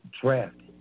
drafted